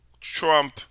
Trump